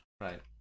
Right